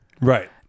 Right